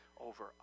over